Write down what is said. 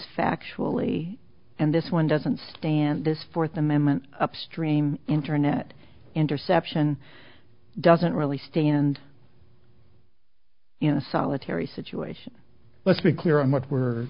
factually and this one doesn't stand this fourth amendment upstream internet interception doesn't really stand in a solitary situation let's be clear on what were